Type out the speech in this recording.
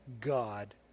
God